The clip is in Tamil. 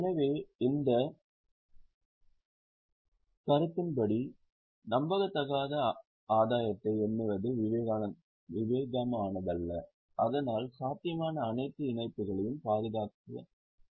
எனவே இந்த கருத்தின் படி நம்பத்தகாத ஆதாயத்தை எண்ணுவது விவேகமானதல்ல ஆனால் சாத்தியமான அனைத்து இழப்புகளையும் பாதுகாக்க வேண்டும்